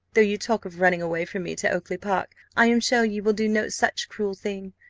though you talk of running away from me to oakly-park, i am sure you will do no such cruel thing.